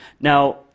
Now